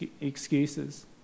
excuses